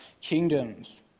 kingdoms